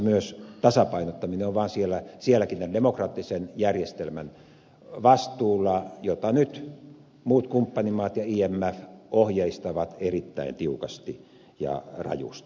myös tässä suhteessa tasapainottaminen on sielläkin tämän demokraattisen järjestelmän vastuulla jota nyt muut kumppanimaat ja imf ohjeistavat erittäin tiukasti ja rajusti